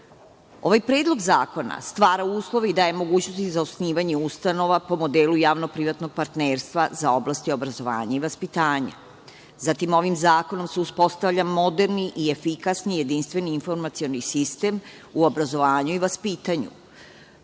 predlog zakona stvara uslove i daje mogućnosti za osnivanje ustanova po modelu javno-privatnog partnerstva za oblasti obrazovanja i vaspitanja. Zatim, ovim zakonom se uspostavlja moderni i efikasni jedinstveni informacioni sistem u obrazovanju i vaspitanju.